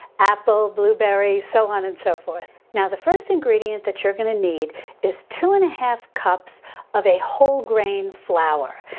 apple, blueberry, so on and so forth. now the first ingredient that you're going to need is two and a half cups of a whole grain flour.